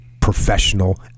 professional